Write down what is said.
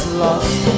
lost